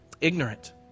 ignorant